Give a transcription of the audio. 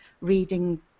reading